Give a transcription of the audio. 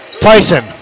Tyson